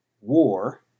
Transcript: War